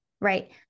right